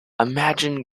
imagine